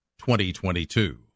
2022